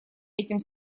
этим